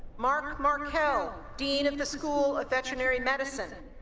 mark markel, dean of the school of veterinary medicine